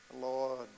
Lord